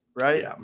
right